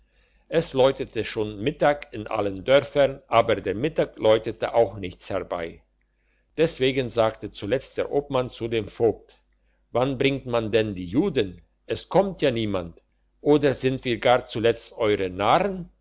es läutete schon mittag in allen dörfern aber der mittag läutete auch nichts herbei deswegen sagte zuletzt der obmann zu dem vogt wann bringt man denn die juden es kommt ja niemand oder sind wir gar zuletzt eure narren